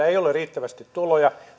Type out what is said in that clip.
ei ole riittävästi tuloja